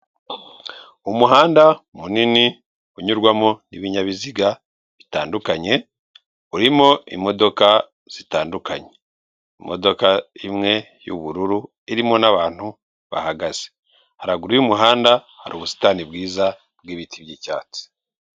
Umuhanda munini unyurwamo ibinyabiziga bitandukanye, urimo imodoka zitandukanye, imodoka imwe y'ubururu irimo n'abantu bahagaze, haraguru y'umuhanda hari ubusitani bwiza bw'ibiti by'icyatsi.